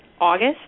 August